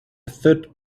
third